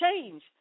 change